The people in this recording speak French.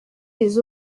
des